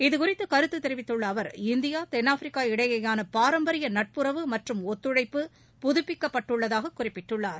இது குறித்து கருத்து தெரிவித்துள்ள அவர் இந்தியா தென்னாப்பிரிக்கா இடையேயான பாரம்பரிய நட்புறவு மற்றும் ஒத்துழைப்பு புதப்பிக்கப்பட்டுள்ளதாக குறிப்பிட்டுள்ளார்